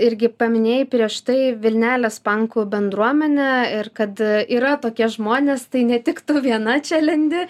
irgi paminėjai prieš tai vilnelės pankų bendruomenę ir kad yra tokie žmonės tai ne tik tu viena čia lendi